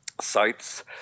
Sites